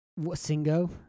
Singo